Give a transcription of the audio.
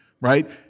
right